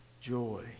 Joy